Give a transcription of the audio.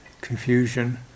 confusion